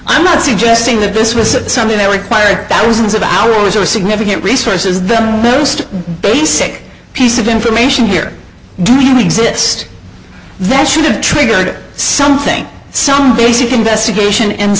i'm not suggesting that this was something that required thousands of hours or significant resources the most basic piece of information here do you mean exist that should have triggered something some basic investigation and